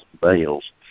bales